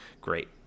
great